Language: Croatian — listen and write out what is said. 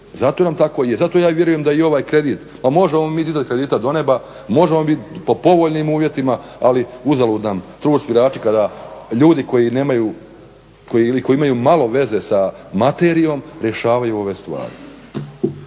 zato nam tako i je. Zato i ja vjerujem da i ovaj kredit pa možemo mi dizati kredita do neba, može on biti po povoljnim uvjetima ali uzalud nam trud svirači kada ljudi koji nemaju ili koji imaju malo veze sa materijom rješavaju ove stvari.